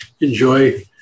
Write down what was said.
enjoy